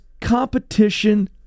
competition